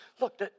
Look